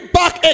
back